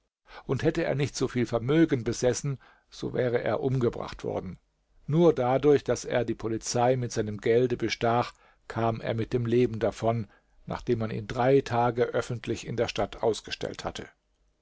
und hätte er nicht so viel vermögen besessen so wäre er umgebracht worden nur dadurch daß er die polizei mit seinem gelde bestach kam er mit dem leben davon nachdem man ihn drei tage öffentlich in der stadt ausgestellt hatte